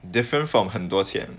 different from 很多钱